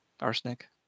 arsenic